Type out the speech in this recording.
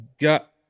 got